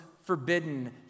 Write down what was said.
forbidden